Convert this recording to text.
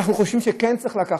אנחנו חושבים שכן צריך לקחת,